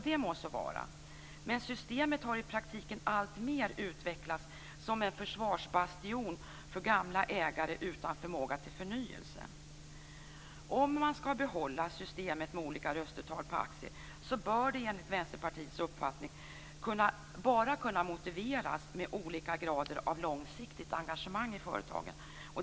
Det må så vara, men systemet har i praktiken alltmer utvecklats till en försvarsbastion för gamla ägare utan förmåga till förnyelse. Om man skall behålla systemet med olika röstvärde på aktier bör det enligt Vänsterpartiets uppfattning bara kunna motiveras med olika grader av långsiktigt engagemang i företagen.